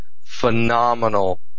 phenomenal